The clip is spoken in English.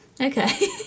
Okay